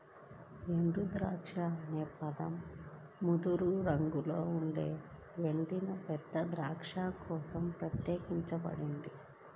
ఎండుద్రాక్ష అనే పదం ముదురు రంగులో ఉండే ఎండిన పెద్ద ద్రాక్ష కోసం ప్రత్యేకించబడింది